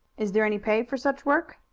is there any pay for such work?